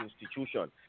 institution